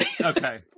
okay